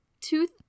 tooth